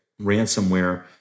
ransomware